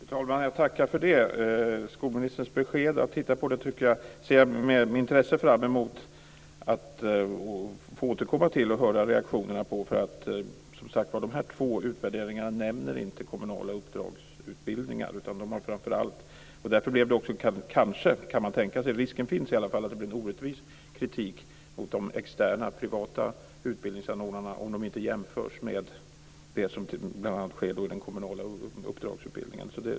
Fru talman! Jag tackar för skolministerns besked att titta på det. Jag ser med intresse fram emot att få återkomma och höra reaktionerna på detta. Dessa två utvärderingar nämner inte kommunala uppdragsutbildningar. Risken finns att det blir en orättvis kritik mot de externa privata utbildningsanordnarna om de inte jämförs med det som sker i den kommunala uppdragsutbildningen.